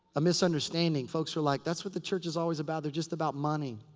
a misunderstanding. folks are like, that's what the church is always about. they're just about money.